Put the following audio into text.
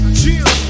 chill